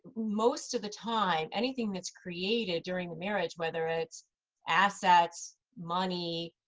most of the time, anything that's created during the marriage, whether it's assets, money,